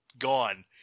gone